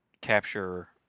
capture